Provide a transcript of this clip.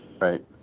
Right